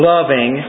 Loving